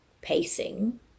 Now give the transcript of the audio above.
pacing